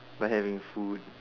by having food